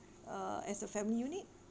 uh as a family unit